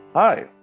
Hi